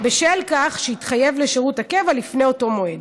בשל כך שהתחייב לשירות הקבע לפני אותו מועד.